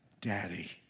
daddy